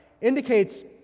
indicates